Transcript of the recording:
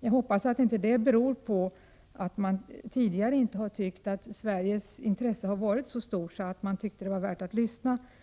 Jag hoppas att detta inte beror på att man tidigare tyckt att Sveriges intresse inte varit så stort att man har ansett det värt att lyssna på Sverige.